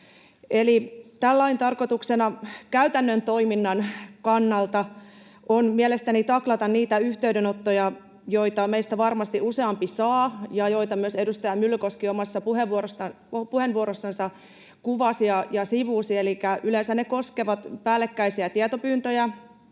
lain tarkoituksena käytännön toiminnan kannalta on mielestäni taklata niitä yhteydenottoja, joita meistä varmasti useampi saa ja joita myös edustaja Myllykoski omassa puheenvuorossansa kuvasi ja sivusi, elikkä yleensä ne koskevat päällekkäisiä tietopyyntöjä